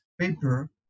paper